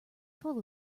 full